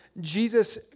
Jesus